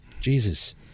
Jesus